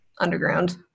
underground